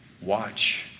Watch